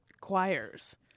choirs